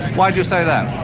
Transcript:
why do you say that?